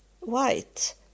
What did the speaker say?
white